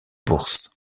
bourses